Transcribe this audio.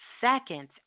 seconds